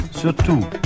Surtout